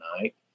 night